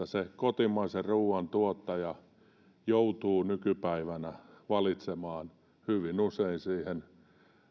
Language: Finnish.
se kotimaisen ruoan tuottaja joutuu valitettavasti nykypäivänä valitsemaan hyvin usein siihen